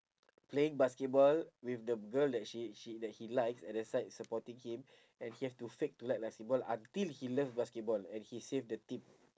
playing basketball with the girl that she she that he likes at the side supporting him and he have to fake to like basketball until he love basketball and he save the team